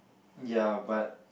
ya but